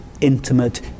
intimate